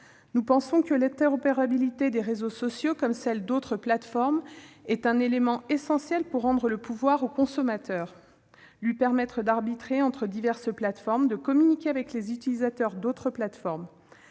Nous pensons que l'interopérabilité des réseaux sociaux, comme celle d'autres plateformes, est un outil essentiel pour rendre le pouvoir au consommateur, lui permettre d'arbitrer entre diverses plateformes et de communiquer avec les utilisateurs d'autres plateformes.